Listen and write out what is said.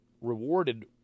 rewarded